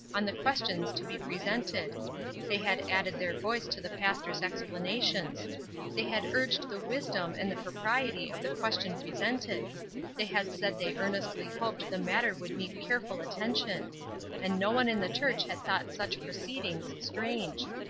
on the questions to be presented they had added their voice to the pastor's explanations they had urged the wisdom and the propriety of the question presented they had said they earnestly hoped the matter would meet careful attention and no one in the church had thought such proceedings strange.